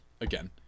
again